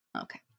Okay